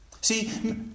See